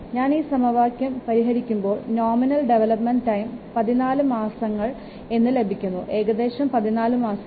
ഞാൻ ഈ സമവാക്യം പരിഹരിക്കുംപോൾ നോമിനൽ ഡെവലപ്മെൻറ് ടൈം 14 മാസങ്ങൾ എന്ന് ലഭിക്കുന്നു ഏകദേശം 14 മാസങ്ങൾ